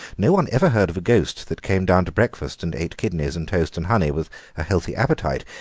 no one ever heard of a ghost that came down to breakfast and ate kidneys and toast and honey with a healthy appetite.